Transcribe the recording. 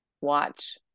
watch